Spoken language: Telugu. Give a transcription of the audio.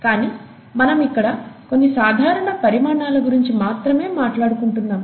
కానీ మనం ఇక్కడ కొన్ని సాధారణ పరిమాణాల గురించి మాత్రమే మాట్లాడుకుంటున్నాము